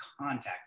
contact